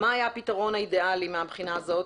מה היה הפתרון האידיאלי מהבחינה הזאת?